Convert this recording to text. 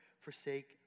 forsake